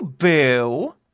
Boo